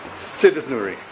citizenry